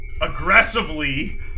aggressively